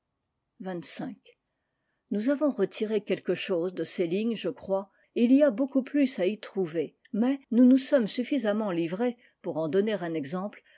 nous avons retiré quelque chose de ces lignes je crois et il y a beaucoup plus à y trouver mais nous nous sommes suffisamment livrés pour en donner un exemple